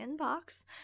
inbox